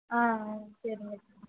சரிங்க சரிங்க